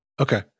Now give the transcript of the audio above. okay